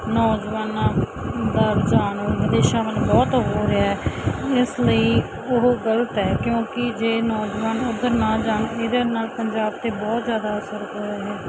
ਨੌਜਵਾਨਾਂ ਦਾ ਰੁਝਾਨ ਵਿਦੇਸ਼ਾਂ ਵੱਲ ਬਹੁਤ ਹੋ ਰਿਹਾ ਇਸ ਲਈ ਉਹ ਗਲਤ ਹੈ ਕਿਉਂਕਿ ਜੇ ਨੌਜਵਾਨ ਉੱਧਰ ਨਾ ਜਾਣ ਇਹਦੇ ਨਾਲ ਪੰਜਾਬ 'ਤੇ ਬਹੁਤ ਜ਼ਿਆਦਾ ਅਸਰ ਹੋਇਆ ਹੈ